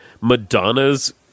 Madonna's